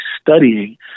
studying